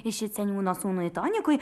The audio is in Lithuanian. iš čia seniūno sūnui tonikui